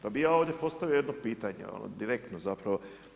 Pa bih ja ovdje postavio jedno pitanje ono direktno zapravo.